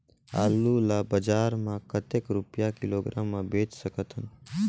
आलू ला बजार मां कतेक रुपिया किलोग्राम म बेच सकथन?